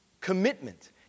Commitment